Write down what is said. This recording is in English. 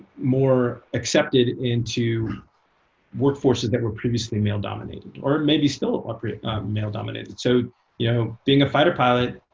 more accepted into workforces that were previously male-dominated, or maybe still are male-dominated. so you know being a fighter pilot